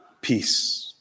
Peace